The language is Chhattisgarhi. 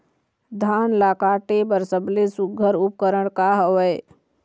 धान ला काटे बर सबले सुघ्घर उपकरण का हवए?